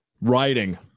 Writing